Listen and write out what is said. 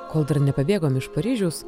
kol dar nepabėgom iš paryžiaus